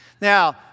Now